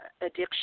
addiction